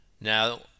Now